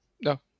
No